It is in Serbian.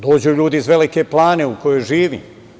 Dođu ljudi iz Velike Plane, u kojoj živim.